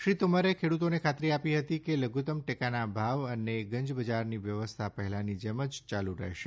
શ્રી તોમરે ખેડૂતોને ખાતરી આપી હતી કે લધુત્તમ ટેકાના ભાવ અને ગંજબજારની વ્યવસ્થા પહેલાંની જેમ જ ચાલુ રહેશે